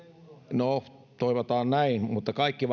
no toivotaan näin mutta kaikki